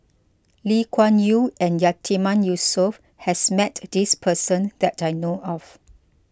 Lee Kuan Yew and Yatiman Yusof has met this person that I know of